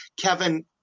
Kevin